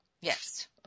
Yes